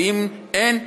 ואם אין,